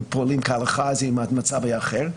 היו פועלים כהלכה אז המצב היה אחר.